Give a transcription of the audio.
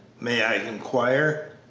may i inquire?